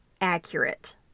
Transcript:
accurate